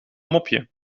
mopje